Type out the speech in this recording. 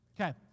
Okay